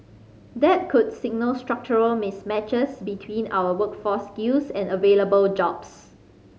that could signal structural mismatches between our workforce skills and available jobs